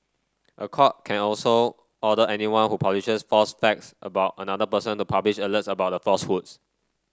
a court can also order anyone who publishes false facts about another person to publish alerts about the falsehoods